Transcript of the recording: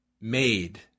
made